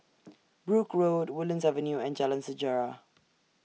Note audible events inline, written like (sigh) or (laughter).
(noise) Brooke Road Woodlands Avenue and Jalan Sejarah